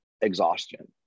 exhaustion